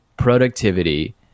productivity